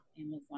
Amazon